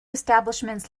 establishments